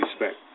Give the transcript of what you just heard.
respect